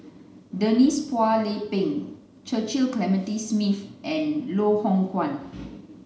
Denise Phua Lay Peng Clementi Smith and Loh Hoong Kwan